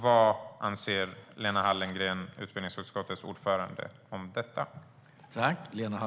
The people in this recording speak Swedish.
Vad anser Lena Hallengren, utbildningsutskottets ordförande, om detta?